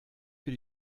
für